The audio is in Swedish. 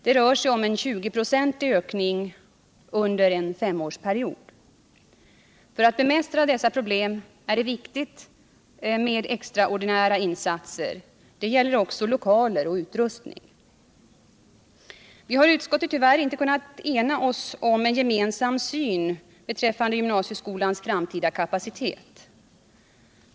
Det rör sig om en 20-procentig ökning under en femårsperiod. För att bemästra dessa problem är det därför viktigt med extraordinära insatser. Det gäller också lokaler och utrustning. Vi har i utskottet tyvärr inte kunnat ena oss om en gemensam syn beträffande gymnasieskolans framtida kapacitet.